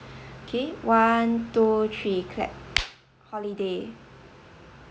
okay one two three clap holiday